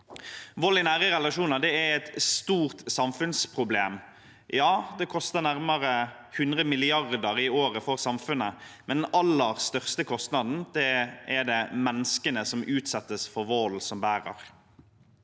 Vold i nære relasjoner er et stort samfunnsproblem – ja, det koster nærmere 100 mrd. kr i året for samfunnet. Men den aller største kostnaden er det menneskene som utsettes for volden, som bærer.